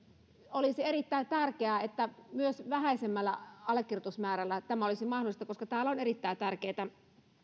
olisi erittäin tärkeää että myös vähäisemmällä allekirjoitusmäärällä tämä olisi mahdollista koska täällä on erittäin tärkeitä